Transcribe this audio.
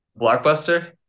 blockbuster